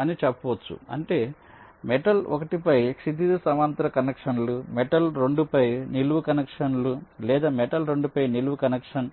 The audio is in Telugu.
అని చెప్పవచ్చు అంటే మెటల్ 1 పై క్షితిజ సమాంతర కనెక్షన్లు మెటల్ 2 పై నిలువు కనెక్షన్లు లేదా మెటల్ 2 పై నిలువు కనెక్షన్